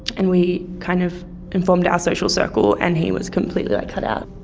and we kind of informed our social circle, and he was completely cut out.